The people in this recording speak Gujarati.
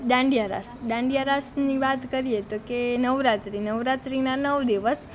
દાંડિયા રાસ દાંડિયા રાસની વાત કરીએ તો કે નવરાત્રિ નવરાત્રિના નવ દિવસ